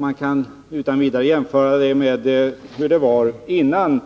Man kan utan vidare jämföra situationen med hur det var innan